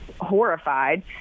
horrified